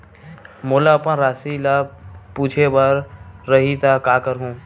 मोला अपन राशि ल पूछे बर रही त का करहूं?